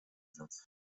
satz